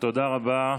תודה רבה.